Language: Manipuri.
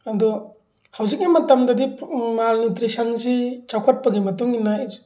ꯑꯗꯨ ꯍꯧꯖꯤꯛꯀꯤ ꯃꯇꯝꯗꯗꯤ ꯃꯥꯜꯅ꯭ꯌꯨꯇ꯭ꯔꯤꯁꯟꯁꯤ ꯆꯥꯎꯈꯠꯄꯒꯤ ꯃꯇꯨꯡꯏꯟꯅ